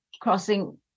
crossing